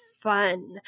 fun